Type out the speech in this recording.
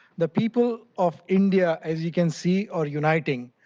the people of india, as you can see, are uniting.